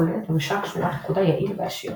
כוללת ממשק שורת-פקודה יעיל ועשיר.